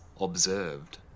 observed